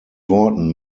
worten